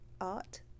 art